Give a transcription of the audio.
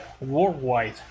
worldwide